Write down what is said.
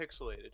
pixelated